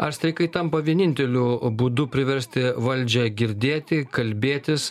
ar streikai tampa vieninteliu būdu priversti valdžią girdėti kalbėtis